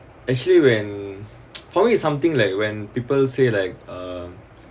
actually when probably is something like when people say like um